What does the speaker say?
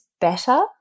better